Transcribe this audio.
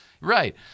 Right